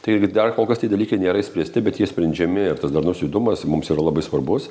tai ir dar kol kas tie dalykai nėra išspręsti bet jie sprendžiami ir tas darnus judumas mums yra labai svarbus